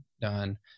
done